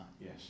Yes